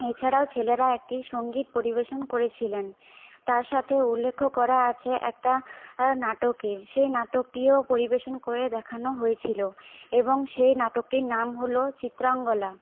এছাড়াও ছেলেরা একটি সংগীত পরিবেশন করেছিলেন তার সাথে উল্লেখ্য করা আছে একটা নাটকের সেই নাটকটিও পরিবেশন করে দেখানো হয়েছিল এবং সেই নাটকটির নাম হলো চিত্রাঙ্গদা